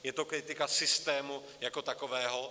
Je to kritika systému jako takového.